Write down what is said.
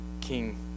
King